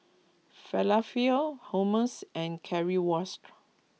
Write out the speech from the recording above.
Falafel Hummus and Currywurst